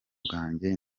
bwanjye